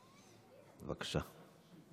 בבקשה.